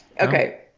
Okay